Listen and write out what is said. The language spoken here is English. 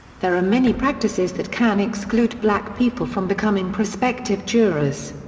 there are many practices that can exclude black people from becoming prospective jurors.